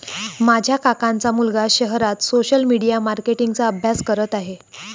माझ्या काकांचा मुलगा शहरात सोशल मीडिया मार्केटिंग चा अभ्यास करत आहे